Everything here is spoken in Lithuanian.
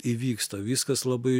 įvyksta viskas labai